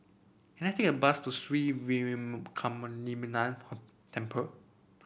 can I take a bus to Sri Veeramakaliamman Temple